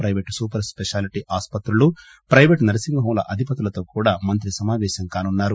ప్రెపేటు super speciality ఆసుపత్రులు private nursing హోంల అధిపతులతో కూడా మంత్రి సమాపేశం కానున్నారు